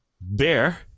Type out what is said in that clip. bear